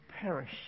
perish